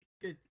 good